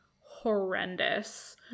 horrendous